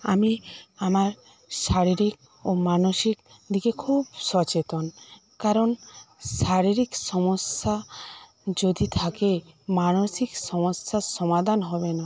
আমি আমার শারীরিক ও মানসিক দিকে খুব সচেতন কারণ শারীরিক সমস্যা যদি থাকে মানসিক সমস্যার সমাধান হবে না